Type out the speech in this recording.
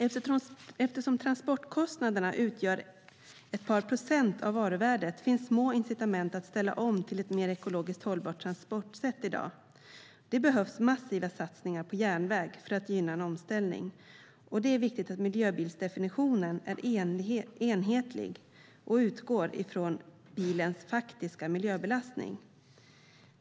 Eftersom tranportkostnaderna utgör ett par procent av varuvärdet finns det i dag små incitament för att ställa om till ett mer ekologiskt hållbart tranportsätt. Det behövs massiva satsningar på järnväg för att gynna en omställning. Det är viktigt att miljöbilsdefinitionen är enhetlig och utgår från bilens faktiska miljöbelastning.